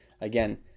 again